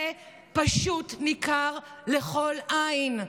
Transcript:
זה פשוט ניכר לכל עין.